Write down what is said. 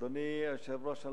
אדוני היושב-ראש,